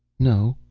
no.